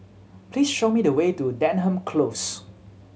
please show me the way to Denham Close